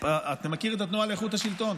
אתה מכיר את התנועה לאיכות השלטון?